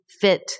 fit